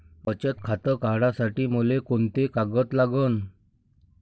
बचत खातं काढासाठी मले कोंते कागद लागन?